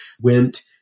went